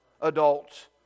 adults